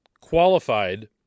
qualified